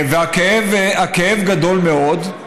הכאב גדול מאוד.